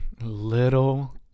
little